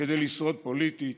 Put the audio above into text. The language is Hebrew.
כדי לשרוד פוליטית